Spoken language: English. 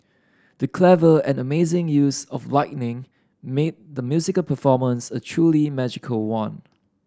the clever and amazing use of lighting made the musical performance a truly magical one